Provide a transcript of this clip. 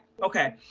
okay.